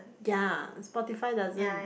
ya Spotify doesn't